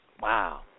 Wow